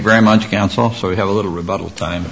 very much counsel we have a little rebuttal